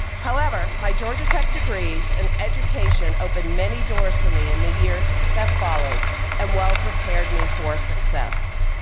however, my georgia tech degrees and education opened many doors for me in the years that followed and well-prepared me for success.